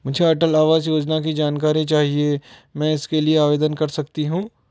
मुझे अटल आवास योजना की जानकारी चाहिए क्या मैं इसके लिए आवेदन कर सकती हूँ?